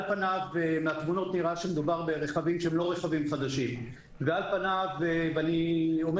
על פניו מהתאונות נראה ברכבים שהם לא רכבים חדשים ואני אומר